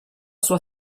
sua